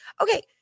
okay